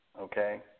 Okay